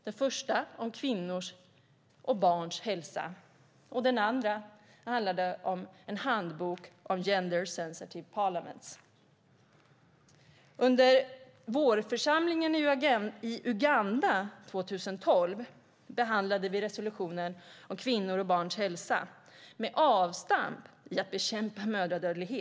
Den första gällde kvinnors och barns hälsa. Den andra gällde en handbok om gender-sensitive parliaments. Under vårförsamlingen i Uganda 2012 behandlade vi resolutionen om kvinnors och barns hälsa med avstamp i att bekämpa mödradödlighet.